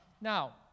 Now